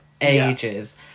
ages